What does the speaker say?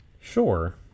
Sure